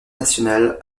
nationale